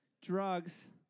drugs